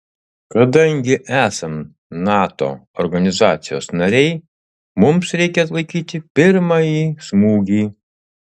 kadangi esam nato organizacijos nariai mums reikia atlaikyti pirmąjį smūgį